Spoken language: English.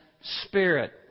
spirit